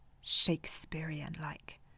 Shakespearean-like